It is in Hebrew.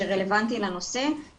וחשוב לנו להתייחס לנושא של החיבורים.